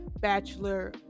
Bachelor